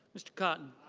mr. cotton.